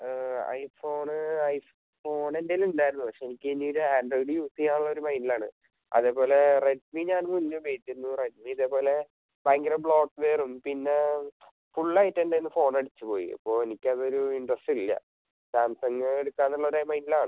I phone ഐ ഫോണെൻറ്റേലുണ്ടായിരുന്നു പക്ഷേ എനിക്ക് പിന്നീട് ആൻഡ്രോയിഡ് യൂസ് ചെയ്യാന്നുള്ളൊരു മൈൻഡിലാണ് അതേപോലെ റെഡ്മി ഞാൻ മുന്നേ മേടിച്ചിരുന്നു റെഡ്മി ഇതേപോലെ ഭയങ്കര ബ്ലോക്ക് വെറും പിന്നെ ഫുള്ളായിറ്റെൻറ്റേന്ന് ഫോണടിച്ച് പോയി അപ്പോൾ എനിക്കതൊരു ഇൻ്ററസ്റ്റില്ല സാംസംഗ് എടുക്കാന്നുള്ളൊരു മൈൻഡിലാണ്